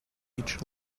each